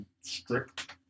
strict